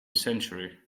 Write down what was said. century